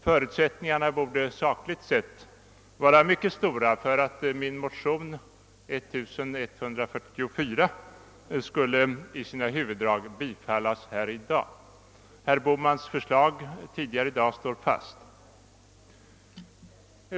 Förutsättningarna borde sakligt sett vara mycket stora för att min motion 1144 i sina huvuddrag skulle bifallas. Herr Bohmans förslag tidigare i dag står fast.